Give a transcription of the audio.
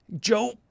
Joe